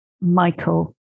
Michael